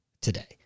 today